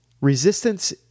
Resistance